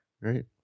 right